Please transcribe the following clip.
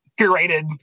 curated